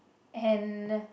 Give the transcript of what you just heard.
and